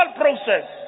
process